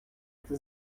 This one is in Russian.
это